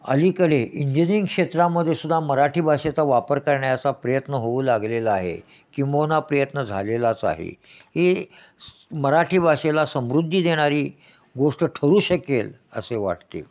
अलीकडे इंजिनिअरिंग क्षेत्रामध्ये सुद्धा मराठी भाषेचा वापर करण्याचा प्रयत्न होऊ लागलेला आहे किंबहुना प्रयत्न झालेलाच आहे हे सू मराठी भाषेला समृद्धी देणारी गोष्ट ठरू शकेल असे वाटते